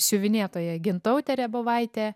siuvinėtoja gintautė rebovaitė